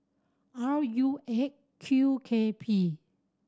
R U Eight Q K P